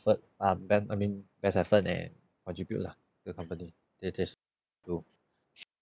effort um ban I mean best effort and contribute lah to company it is to